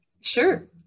Sure